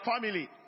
family